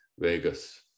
Vegas